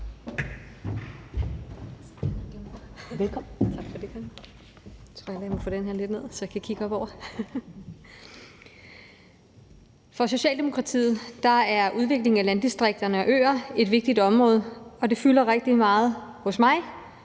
For Socialdemokratiet er udviklingen af landdistrikter og øer et vigtigt område, og det fylder rigtig meget hos mig